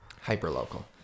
hyper-local